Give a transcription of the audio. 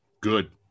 good